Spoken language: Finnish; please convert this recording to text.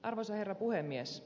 arvoisa herra puhemies